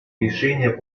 решения